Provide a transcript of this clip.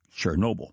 Chernobyl